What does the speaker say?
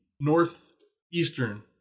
northeastern